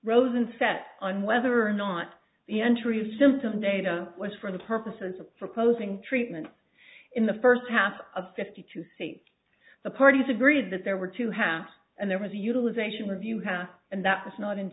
rosen said on whether or not the entry of symptoms data was for the purposes of proposing treatment in the first half of fifty two states the parties agreed that there were two halves and there was a utilization review half and that was not in